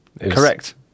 correct